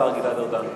השר גלעד ארדן.